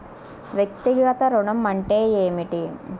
వ్యక్తిగత ఋణం అంటే ఏమిటి?